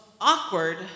awkward